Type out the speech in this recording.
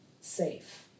safe